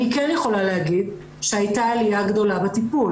אני כן יכולה להגיד שהייתה עלייה גדולה בטיפול,